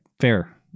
Fair